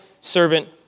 servant